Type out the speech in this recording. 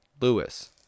Lewis